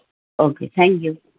okay thank you